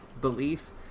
belief